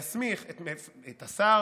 להסמיך את השר,